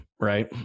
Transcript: Right